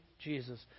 Jesus